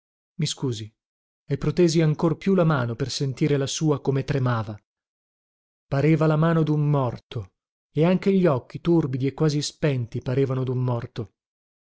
i scusi e protesi ancor più la mano per sentire la sua come tremava pareva la mano dun morto e anche gli occhi torbidi e quasi spenti parevano dun morto